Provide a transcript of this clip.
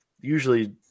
usually